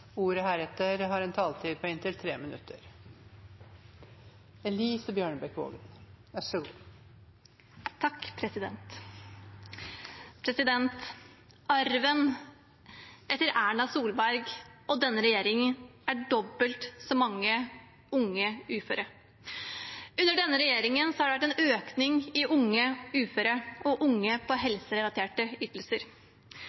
heretter får ordet, har en taletid på inntil 3 minutter. Arven etter Erna Solberg og denne regjeringen er dobbelt så mange unge uføre. Under denne regjeringen har det vært en økning i antall unge uføre og unge på